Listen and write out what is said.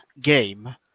game